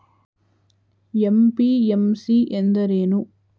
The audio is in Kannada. ಎಂ.ಪಿ.ಎಂ.ಸಿ ಎಂದರೇನು?